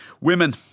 Women